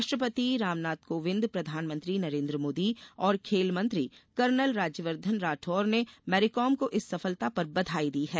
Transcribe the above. राष्ट्रपति रामनाथ कोविंद प्रधानमंत्री नरेन्द्र मोदी और खेल मंत्री कर्नल राज्यवर्धन राठौर ने मैरीकॉम को इस सफलता पर बधाई दी है